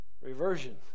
Reversion